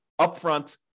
upfront